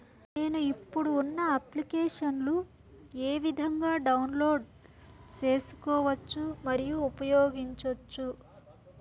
నేను, ఇప్పుడు ఉన్న అప్లికేషన్లు ఏ విధంగా డౌన్లోడ్ సేసుకోవచ్చు మరియు ఉపయోగించొచ్చు?